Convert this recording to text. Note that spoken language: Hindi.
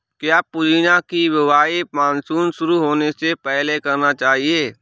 क्या पुदीना की बुवाई मानसून शुरू होने से पहले करना चाहिए?